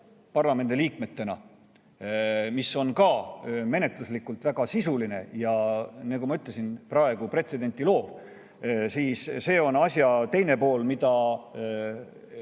vormiline pool, mis on ka menetluslikult väga sisuline ja, nagu ma ütlesin, praegu pretsedenti loov. See on asja teine pool, mida